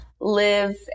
live